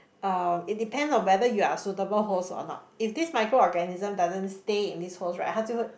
uh it depend on whether you are a suitable host or not if this micro organism doesn't stay in this host right 他拒绝